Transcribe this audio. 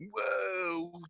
whoa